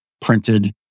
printed